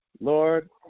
lord